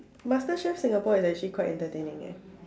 masterchef Singapore is actually quite entertaining eh